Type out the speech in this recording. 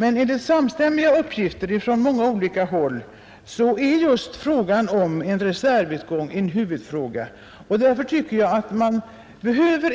Men enligt samstämmiga uppgifter från många olika håll är just frågan om en reservutgång en huvudfråga. Därför tycker jag att man inte behöver